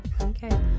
okay